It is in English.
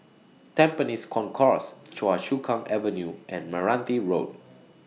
Tampines Concourse Choa Chu Kang Avenue and Meranti Road